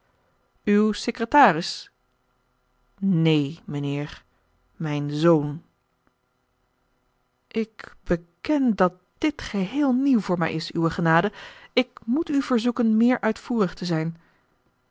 uw secretaris neen mijnheer mijn zoon ik beken dat dit geheel nieuw voor mij is uwe genade ik moet u verzoeken meer uitvoerig te zijn